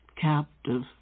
captive